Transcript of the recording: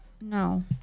No